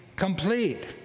complete